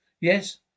Yes